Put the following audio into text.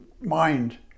mind